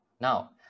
Now